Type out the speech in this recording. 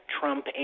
Trump